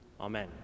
Amen